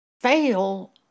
fail